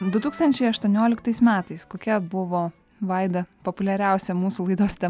du tūkstančiai aštuonioliktais metais kokia buvo vaida populiariausia mūsų laidos tem